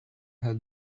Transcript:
her